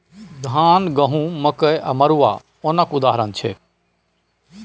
धान, गहुँम, मकइ आ मरुआ ओनक उदाहरण छै